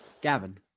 Gavin